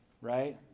right